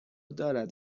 دارد